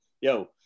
yo